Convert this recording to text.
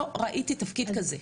לא ראיתי תפקיד כזה.